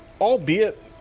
albeit